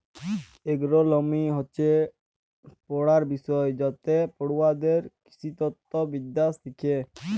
agronomy হচ্যে পড়ার বিষয় যাইতে পড়ুয়ারা কৃষিতত্ত্ব বিদ্যা শ্যাখে